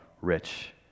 rich